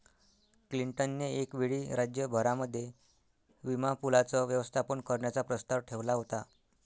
Clinton ने एक वेळी राज्य भरामध्ये विमा पूलाचं व्यवस्थापन करण्याचा प्रस्ताव ठेवला होता